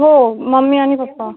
हो मम्मी आणि पप्पा